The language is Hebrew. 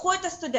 קחו את הסטודנטים,